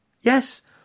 Yes